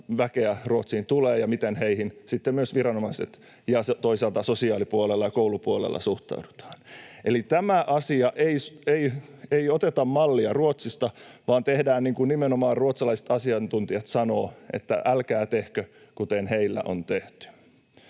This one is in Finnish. väkeä Ruotsiin tulee ja miten heihin sitten myös viranomais- ja toisaalta sosiaalipuolella, koulupuolella suhtaudutaan. Eli ei oteta mallia Ruotsista, vaan tehdään niin kuin nimenomaan ruotsalaiset asiantuntijat sanovat: älkää tehkö, kuten heillä on tehty.